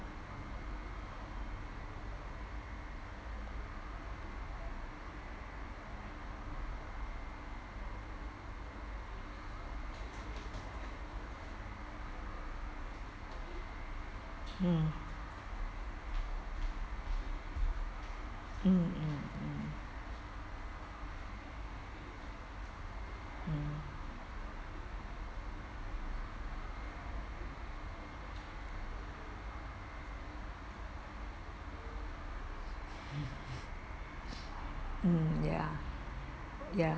mm mmhmm mm ya ya